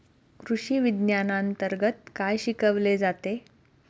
कृषीविज्ञानांतर्गत काय शिकवले जाते?